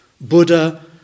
Buddha